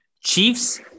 Chiefs